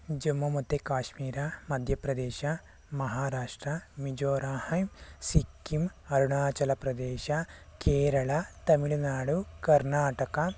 ಜಮ್ಮು ಮತ್ತೆ ಕಾಶ್ಮೀರ ಮಧ್ಯ ಪ್ರದೇಶ್ ಮಹಾರಾಷ್ಟ್ರ ಮಿಜೋರಾಂ ಹೈ ಸಿಕ್ಕಿಮ್ ಅರುಣಾಚಲ್ ಪ್ರದೇಶ್ ಕೇರಳ ತಮಿಳುನಾಡು ಕರ್ನಾಟಕ